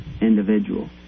individual